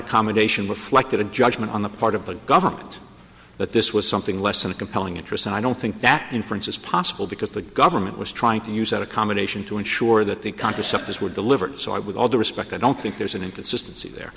accommodation reflected a judgment on the part of the government that this was something less than a compelling interest and i don't think that inference is possible because the government was trying to use that accommodation to ensure that the contraceptives were delivered so i with all due respect i don't think there's an inconsistency there